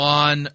on